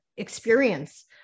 experience